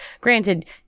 Granted